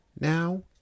now